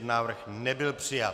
Návrh nebyl přijat.